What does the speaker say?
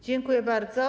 Dziękuję bardzo.